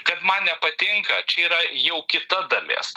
kad man nepatinka čia yra jau kita dalis